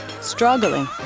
struggling